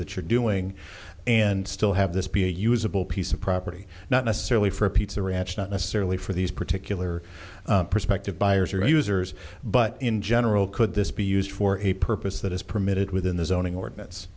that you're doing and still have this be a usable piece of property not necessarily for a pizza ranch not necessarily for these particular perspective buyers or users but in general could this be used for a purpose that is permitted within the zoning ordinance